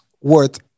worth